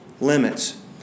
limits